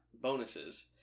bonuses